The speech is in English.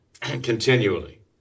continually